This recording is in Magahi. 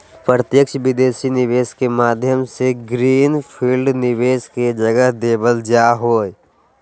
प्रत्यक्ष विदेशी निवेश के माध्यम से ग्रीन फील्ड निवेश के जगह देवल जा हय